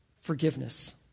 forgiveness